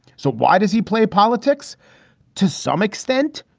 so why does he play politics to some extent?